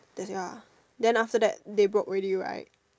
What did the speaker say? that's ya then after that they broke already right